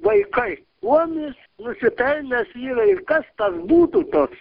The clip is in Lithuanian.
vaikai kuom jis nusipelnęs yra ir kas tas būtų toks